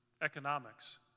economics